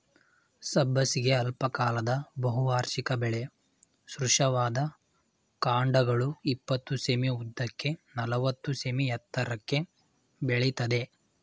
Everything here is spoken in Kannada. ಸಬ್ಬಸಿಗೆ ಅಲ್ಪಕಾಲದ ಬಹುವಾರ್ಷಿಕ ಬೆಳೆ ಕೃಶವಾದ ಕಾಂಡಗಳು ಇಪ್ಪತ್ತು ಸೆ.ಮೀ ಉದ್ದಕ್ಕೆ ನಲವತ್ತು ಸೆ.ಮೀ ಎತ್ತರಕ್ಕೆ ಬೆಳಿತದೆ